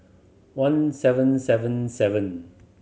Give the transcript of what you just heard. one seven seven seven